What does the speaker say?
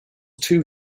two